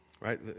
Right